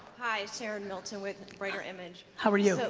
hi, sarah and milton with greater image. how are you?